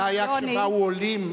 זה היה כשבאו עולים,